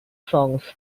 songs